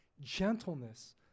gentleness